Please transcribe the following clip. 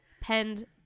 penned